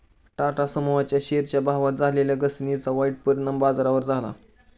टाटा समूहाच्या शेअरच्या भावात झालेल्या घसरणीचा वाईट परिणाम बाजारावर झाला